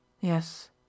Yes